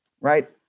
right